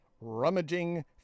rummaging